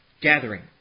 gathering